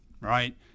Right